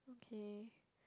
okay